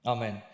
Amen